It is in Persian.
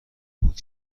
بود